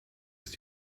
ist